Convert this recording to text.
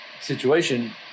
situation